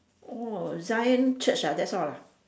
oh zion church ah that's all ah